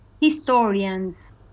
historians